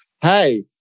hey